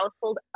household